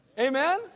Amen